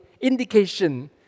indication